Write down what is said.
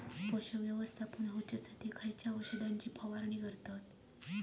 पोषक व्यवस्थापन होऊच्यासाठी खयच्या औषधाची फवारणी करतत?